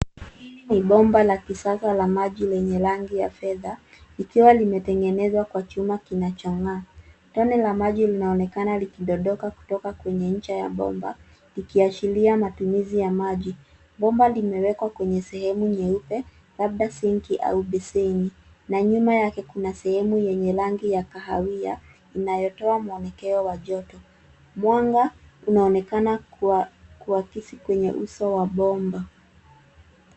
Hili ni bomba la kisasa la maji lenye rangi ya fedha, likiwa limetengenezwa kwa chuma kinachong'aa. Tone la maji linaonekana likidondoka kutoka kwenye ncha ya bomba likiashiria matumizi ya maji. Bomba limewekwa kwenye sehemu nyeupe labda sinki au beseni, na nyuma yake kuna sehemu yenye rangi ya kahawia inayotoa mwonekano wa joto. Mwanga unaonekana kuwa kuakisi kwenye uso wa bomba.